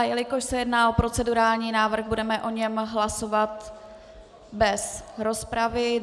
Jelikož se jedná o procedurální návrh, budeme o něm hlasovat bez rozpravy.